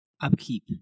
upkeep